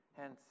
Hence